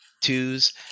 twos